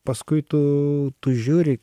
paskui tu tu žiūri